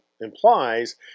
implies